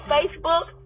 Facebook